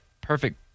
perfect